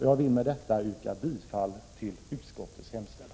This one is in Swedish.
Jag vill med detta yrka bifall till utskottets hemställan.